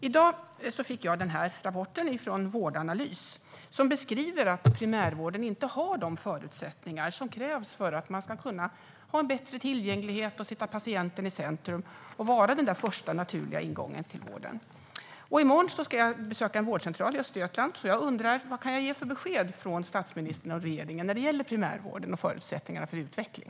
I dag fick jag en rapport från Vårdanalys som beskriver att primärvården inte har de förutsättningar som krävs för att man ska kunna ha bättre tillgänglighet, sätta patienten i centrum och vara den första, naturliga ingången till vården. I morgon ska jag besöka en vårdcentral i Östergötland, så jag undrar: Vad kan jag ge för besked från statsministern och regeringen när det gäller primärvården och förutsättningarna för utveckling?